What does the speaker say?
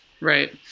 Right